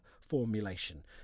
formulation